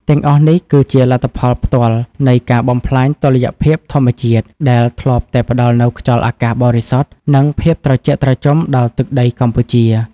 ទាំងអស់នេះគឺជាលទ្ធផលផ្ទាល់នៃការបំផ្លាញតុល្យភាពធម្មជាតិ ដែលធ្លាប់តែផ្តល់នូវខ្យល់អាកាសបរិសុទ្ធ និងភាពត្រជាក់ត្រជុំដល់ទឹកដីកម្ពុជា។